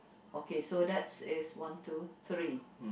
okay so that is one two three